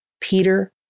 Peter